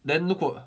then 如果